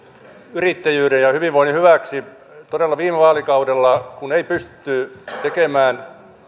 yrittäjyyden ja hyvinvoinnin hyväksi todella viime vaalikaudella kun ei pystytty tekemään